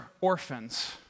orphans